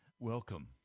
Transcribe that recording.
Welcome